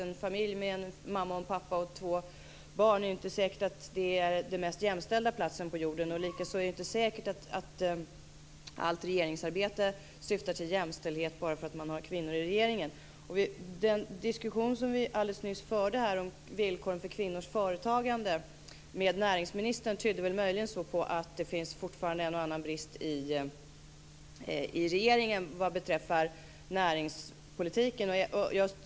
Det är inte säkert att en familj med mamma, pappa och två barn är den mest jämställda platsen på jorden. Det är inte heller säkert att allt regeringsarbete syftar till jämställdhet bara för att det finns kvinnor i regeringen. Den diskussion som vi nyss förde här med näringsministern om villkor för kvinnligt företagande tydde möjligen på att det fortfarande finns en och annan brist i regeringen vad beträffar näringspolitiken.